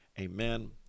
amen